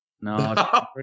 No